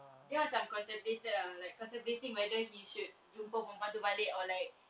dia macam contact later like contemplating whether he should jumpa perempuan tu balik or like